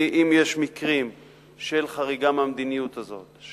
אם יש מקרים של חריגה מהמדיניות הזאת,